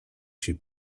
się